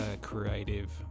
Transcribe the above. creative